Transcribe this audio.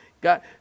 God